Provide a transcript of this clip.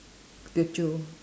Teochew